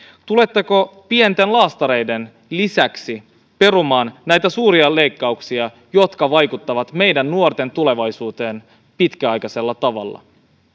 tuletteko pienten laastareiden lisäksi perumaan näitä suuria leikkauksia jotka vaikuttavat meidän nuorten tulevaisuuteen pitkäaikaisella tavalla